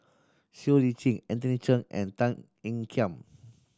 Siow Lee Chin Anthony Chen and Tan Ean Kiam